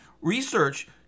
research